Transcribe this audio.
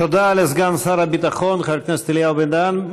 תודה לסגן שר הביטחון חבר הכנסת אליהו בן-דהן.